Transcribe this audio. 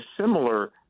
similar